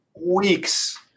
weeks